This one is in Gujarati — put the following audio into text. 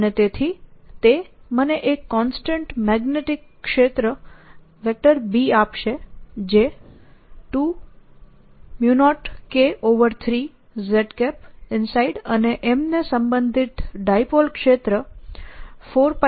અને તેથી તે મને એક કોન્સટન્ટ મેગ્નેટિક ક્ષેત્ર B આપશે જે 20K3z inside અને m ને સંબંધિત ડાઈપોલ ક્ષેત્ર 4π3R3M ની બરાબર છે